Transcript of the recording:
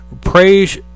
Praise